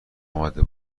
امده